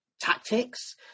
tactics